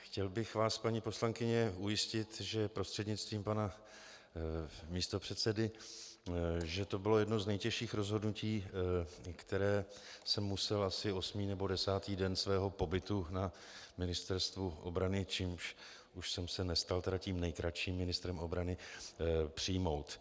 Chtěl bych vás, paní poslankyně, ujistit prostřednictvím pana místopředsedy, že to bylo jedno z nejtěžších rozhodnutí, které jsem musel asi osmý nebo desátý den svého pobytu na Ministerstvu obrany čímž už jsem se nestal tedy tím nejkratším ministrem obrany přijmout.